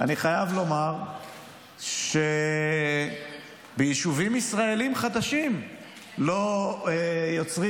אני חייב לומר שביישובים ישראליים חדשים לא יוצרים